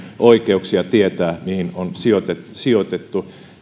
oikeuksia tietää mihin on sijoitettu sijoitettu